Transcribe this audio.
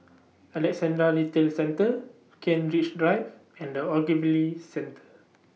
Alexandra Retail Centre Kent Ridge Drive and The Ogilvy Centre